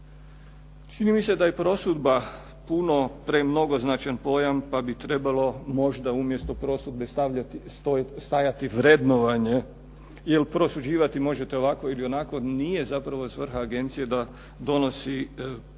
Čini mi se da je prosudba, puno, premnogo značan pojam pa bi trebalo možda umjesto prosudbe stajati vrednovanje, jer prosuđivati možete ovako ili onako, nije zapravo svrha agencije da donosi prosudbe